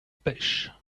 pêche